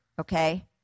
okay